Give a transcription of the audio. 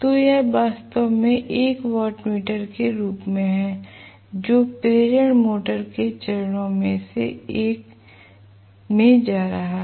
तो यह वास्तव में 1 वाटमीटर के रूप में हैजो प्रेरण मोटर के चरणों में से एक में जा रहा है